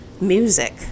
music